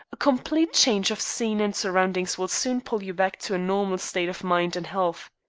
a complete change of scene and surroundings will soon pull you back to a normal state of mind and health.